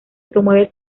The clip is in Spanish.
promueven